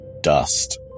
dust